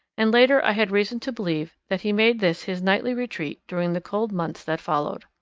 and later i had reason to believe that he made this his nightly retreat during the cold months that followed.